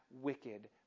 wicked